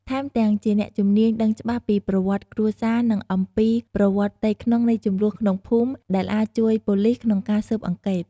ថែមទាំងជាអ្នកជំនាញដឹងច្បាស់ពីប្រវត្តិគ្រួសារ និងអំពីប្រវត្តិផ្ទៃក្នុងនៃជម្លោះក្នុងភូមិ ដែលអាចជួយប៉ូលីសក្នុងការស៊ើបអង្កេត។